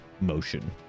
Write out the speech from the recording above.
motion